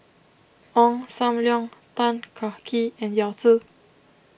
Ong Sam Leong Tan Kah Kee and Yao Zi